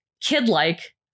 kid-like